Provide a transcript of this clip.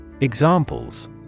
Examples